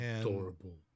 Adorable